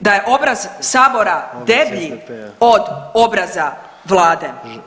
da je obraz sabora deblji od obraza vlade?